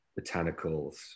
botanicals